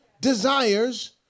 desires